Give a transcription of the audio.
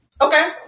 Okay